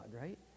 right